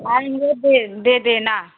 आएँगें दे दे देना